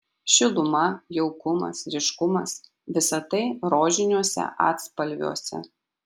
šiluma jaukumas ryškumas visa tai rožiniuose atspalviuose